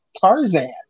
Tarzan